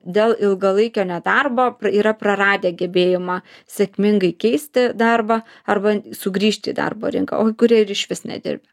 dėl ilgalaikio nedarbo yra praradę gebėjimą sėkmingai keisti darbą arba sugrįžti į darbo rinką o kurie ir išvis nedirbę